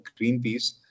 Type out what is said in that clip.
Greenpeace